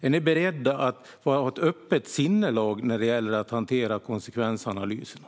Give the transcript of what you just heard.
Är ni beredda att ha ett öppet sinnelag när det gäller att hantera konsekvensanalyserna?